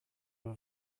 were